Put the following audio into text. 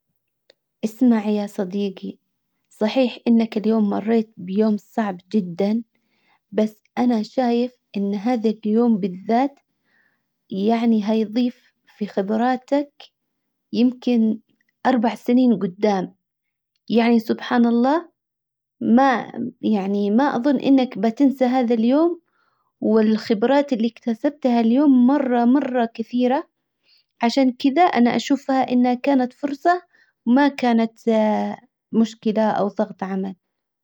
اسمع يا صديجي صحيح انك اليوم مريت بيوم صعب جدا بس انا شايف ان هذا اليوم بالذات يعني هيضيف في خبراتك يمكن اربع سنين جدام يعني سبحان الله ما يعني ما اظن انك بتنسى هذا اليوم والخبرات اللي اكتسبتها اليوم مرة مرة كثيرة عشان كدا انا اشوفها انها كانت فرصة ما كانت مشكلة او ظغط عمل.